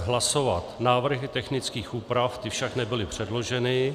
Hlasovat návrhy technických úprav, ty však nebyly předloženy.